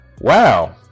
Wow